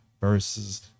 versus